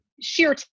sheer